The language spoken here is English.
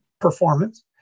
performance